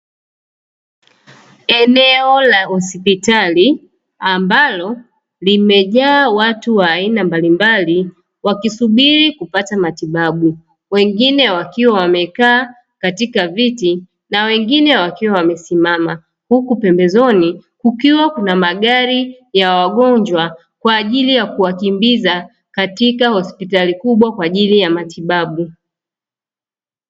eneo la hospitali ambalo limejaa watu wa aina mbalimbali wakisubiri kupata matibabu. Wengine wakiwa wamekaa katika viti na wengine wakiwa wamesimama, huku pembezoni kukiwa kuna magari ya wagonjwa kwa ajili ya kuwakimbiza katika hospitali kubwa kwa ajili ya matibabu.